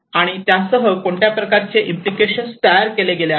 आणि त्यासह कोणत्या प्रकारचे इम्प्लिकेशन्स तयार केले गेले आहेत